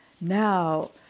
Now